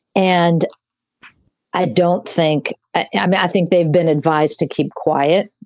and i don't think i yeah mean, i think they've been advised to keep quiet,